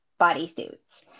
bodysuits